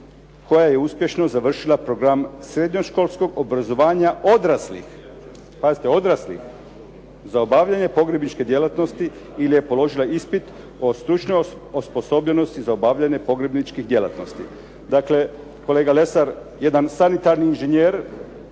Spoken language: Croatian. “koja je uspješno završila program srednjoškolskog obrazovanja odraslih“. Pazite odraslih za obavljanje pogrebničke djelatnosti ili je položila ispit o stručnoj osposobljenosti za obavljanje pogrebničkih djelatnosti. Dakle, kolega Lesar jedan sanitarni inženjer